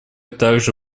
также